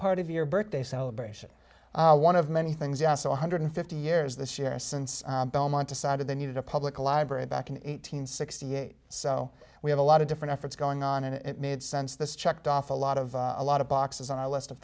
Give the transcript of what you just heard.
part of your birthday celebration one of many things as a one hundred fifty years this year since belmont decided they needed a public library back in eight hundred sixty eight so we have a lot of different efforts going on and it made sense this checked off a lot of a lot of boxes on our list of